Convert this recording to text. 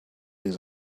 his